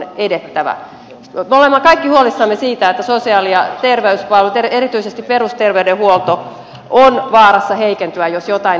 me olemme kaikki huolissamme siitä että sosiaali ja terveyspalvelut erityisesti perusterveydenhuolto ovat vaarassa heikentyä jos jotain ei tehdä